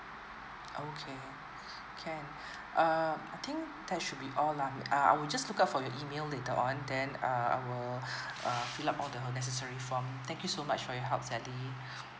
okay can err I think that should be all lah uh I would just look up for your email later on then uh I will uh fill up all the necessary form thank you so much for your help sally